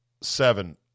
seven